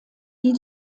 die